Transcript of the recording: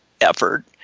effort